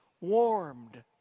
warmed